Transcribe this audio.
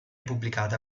pubblicata